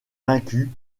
vaincus